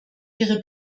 ihre